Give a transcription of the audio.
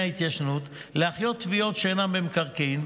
ההתיישנות להחיות תביעות שאינן במקרקעין,